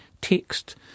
Text